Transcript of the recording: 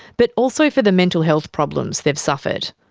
but also for the mental health problems they've suffered.